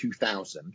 2000